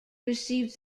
received